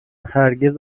هرگز